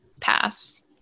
pass